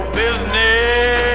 business